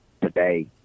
today